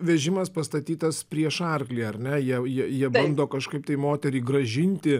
vežimas pastatytas prieš arklį ar ne jie jie jie bando kažkaip tai moterį grąžinti